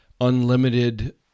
unlimited